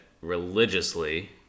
religiously